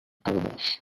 dollars